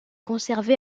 conservé